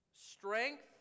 strength